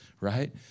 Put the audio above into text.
right